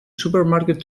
supermarket